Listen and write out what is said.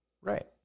Right